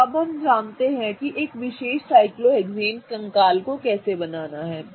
तो अब हम जानते हैं कि एक विशेष साइक्लोहेक्सेन कंकाल को कैसे बनाना है